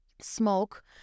smoke